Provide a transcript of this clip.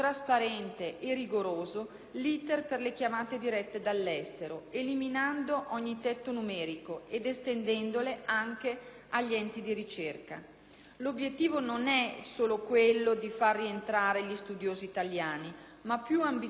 l'*iter* per le chiamate dirette dall'estero, eliminando ogni tetto numerico, ed estendendole anche agli enti di ricerca. L'obiettivo non è tanto quello di far rientrare gli studiosi italiani, ma, più ambiziosamente, quello di far sì